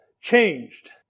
Changed